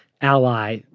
ally